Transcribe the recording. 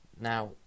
Now